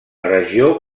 regió